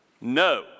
no